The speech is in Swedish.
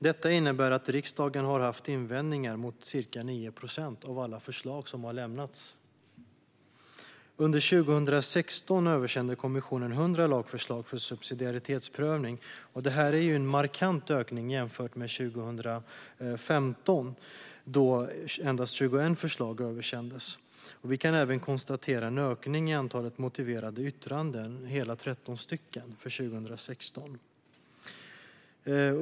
Detta innebär att riksdagen har haft invändningar mot ca 9 procent av alla förslag som har lämnats. Under 2016 översände kommissionen 100 lagförslag för subsidiaritetsprövning. Detta är en markant ökning jämfört med 2015, då endast 21 förslag översändes, och vi kan även konstatera en ökning i antalet motiverade yttranden: hela 13 stycken under 2016.